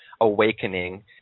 awakening